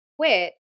quit